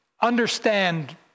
understand